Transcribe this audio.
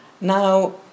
Now